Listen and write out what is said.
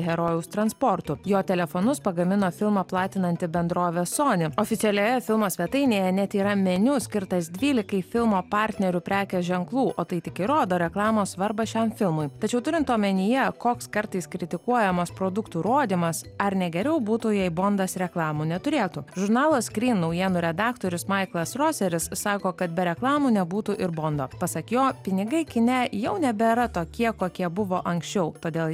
herojaus transportu jo telefonus pagamino filmą platinanti bendrovė sony oficialioje filmo svetainėje net yra meniu skirtas dvylikai filmo partnerių prekės ženklų o tai tik įrodo reklamos svarbą šiam filmui tačiau turint omenyje koks kartais kritikuojamas produktų rodymas ar negeriau būtų jei bondas reklamų neturėtų žurnalo skryn naujienų redaktorius maiklas rodžeris sako kad be reklamų nebūtų ir bando pasak jo pinigai kine jau nebėra tokie kokie buvo anksčiau todėl